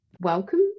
Welcome